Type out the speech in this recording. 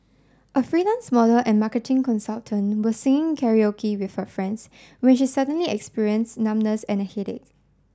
a freelance model and marketing consultant was singing Karaoke with her friends when she suddenly experience numbness and a headache